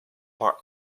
par